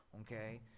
okay